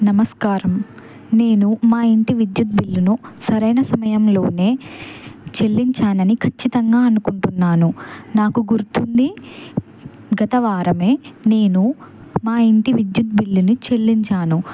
నమస్కారం నేను మా ఇంటి విద్యుత్ బిల్లును సరైన సమయంలోనే చెల్లించానని ఖచ్చితంగా అనుకుంటున్నాను నాకు గుర్తుంది గత వారమే నేను మా ఇంటి విద్యుత్ బిల్లుని చెల్లించాను